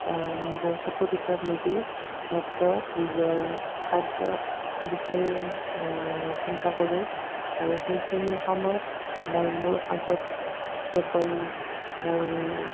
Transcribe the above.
নিজৰ চকু দুটা মুদি মাত্ৰ নিজৰ কাৰ্য্যৰ বিষয়ে চিন্তা কৰোঁ আৰু সেইখিনি সময়ত মই মোৰ আগত কেৱল মোৰ